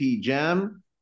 Jam